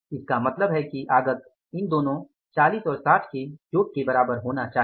इसका मतलब है कि आगत इन दोनो 40 और 60 के योग के बराबर होना चाहिए